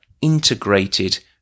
integrated